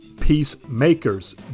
peacemakers